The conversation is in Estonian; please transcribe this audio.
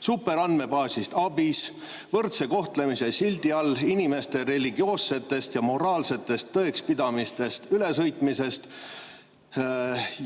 superandmebaasist ABIS, võrdse kohtlemise sildi all inimeste religioossetest ja moraalsetest tõekspidamistest ülesõitmisest